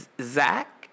Zach